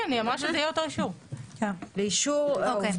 בסדר.